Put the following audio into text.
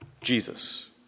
Jesus